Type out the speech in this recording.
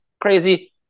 crazy